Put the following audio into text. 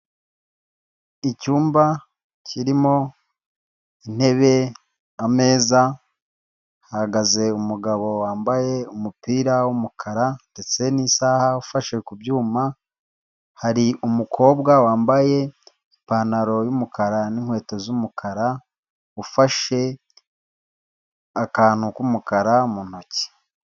Icyumba kirimo intebe, ameza, hahagaze umugabo wambaye umupira w'umukara, ndetse n'isaha, ufashe ku byuma, hari umukobwa wambaye ipantaro y'umukara, n'inkweto z'umukara, ufashe akantu k'umukara mu ntoki.